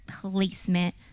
placement